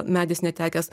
medis netekęs